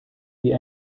wie